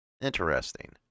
interesting